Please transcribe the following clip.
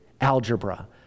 algebra